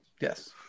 Yes